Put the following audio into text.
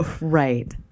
Right